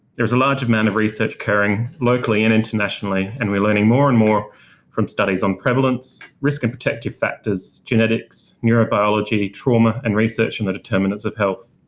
there's a large amount of research occurring locally and internationally, and we're learning more and more from studies on prevalence, risk and protective factors, genetics, neurobiology, trauma and research in the determinants of health.